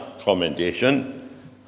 commendation